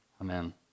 Amen